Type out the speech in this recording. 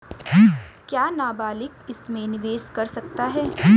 क्या नाबालिग इसमें निवेश कर सकता है?